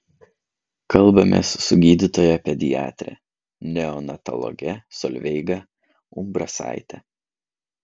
kalbamės su gydytoja pediatre neonatologe solveiga umbrasaite